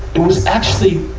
it was actually,